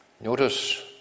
Notice